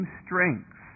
strength